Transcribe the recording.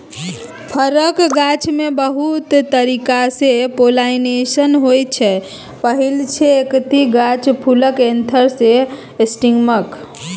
फरक गाछमे बहुत तरीकासँ पोलाइनेशन होइ छै पहिल छै एकहि गाछ फुलक एन्थर सँ स्टिगमाक